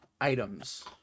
items